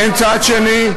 אין צד שני?